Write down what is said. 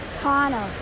connor